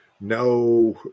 no